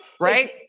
Right